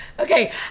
Okay